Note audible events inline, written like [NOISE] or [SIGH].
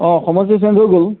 অঁ [UNINTELLIGIBLE] গ'ল